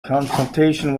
consultation